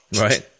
Right